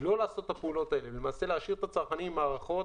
לא לעשות את הפעולות האלו ובכך בעצם להשאיר את הצרכנים עם מערכות